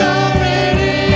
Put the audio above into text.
already